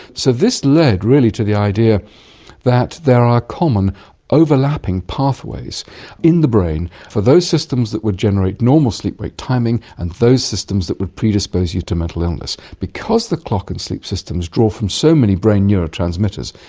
so this led really to the idea that there are common overlapping pathways in the brain for those systems that would generate normal sleep-wake timing and those systems that would predispose you to mental illness. because the clock and sleep systems draw from so many brain neurotransmitters,